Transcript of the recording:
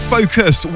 Focus